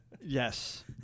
Yes